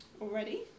already